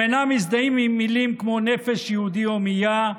הם אינם מזדהים עם מילים כמו "נפש יהודי הומייה",